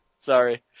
Sorry